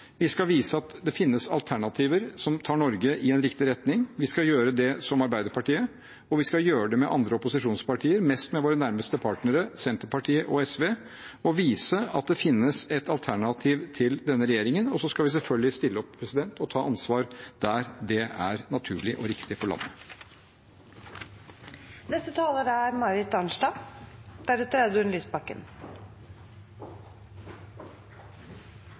vi skal ta ansvar, og vi skal vise at det finnes alternativer som tar Norge i en riktig retning. Vi skal gjøre det som Arbeiderpartiet, og vi skal gjøre det med andre opposisjonspartier – mest med våre nærmeste partnere, Senterpartiet og SV – og vise at det finnes et alternativ til denne regjeringen. Og vi skal selvfølgelig stille opp og ta ansvar der det er naturlig og riktig for